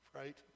right